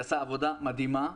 שעשה עבודה מדהימה,